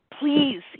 Please